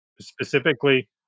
specifically